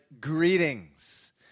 greetings